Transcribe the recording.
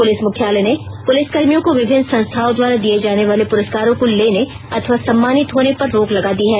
police मुख्यालय ने पुलिसकर्मियों को विभिन्न संस्थाओं द्वारा दिए जाने वाले पुरस्कारों को लेने अथवा सम्मानित होने पर रोक लगा दी है